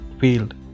field